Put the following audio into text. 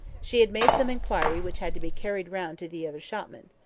she had made some inquiry which had to be carried round to the other shopman.